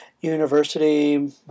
University